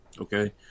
okay